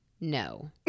no